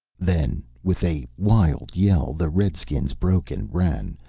then, with a wild yell, the redskins broke and ran,